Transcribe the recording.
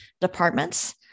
departments